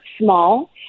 small